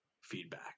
feedback